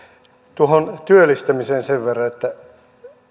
tuohon työllistämiseen sen verran että